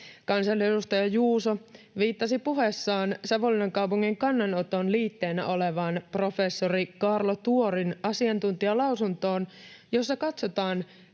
Kansanedustaja Juuso viittasi puheessaan Savonlinnan kaupungin kannanoton liitteenä olevaan professori Kaarlo Tuorin asiantuntijalausuntoon, jossa katsotaan,